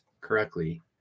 correctly